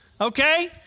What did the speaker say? Okay